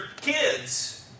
kids